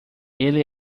ele